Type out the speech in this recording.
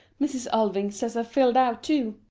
mrs. alving says i've filled out too.